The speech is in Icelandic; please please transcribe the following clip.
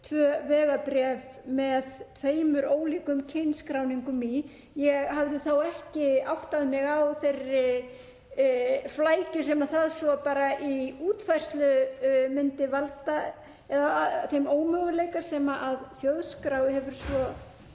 tvö vegabréf með tveimur ólíkum kynskráningum í. Ég hafði ekki áttað mig á þeirri flækju sem það myndi svo valda í útfærslu eða þeim ómöguleika sem Þjóðskrá hefur svo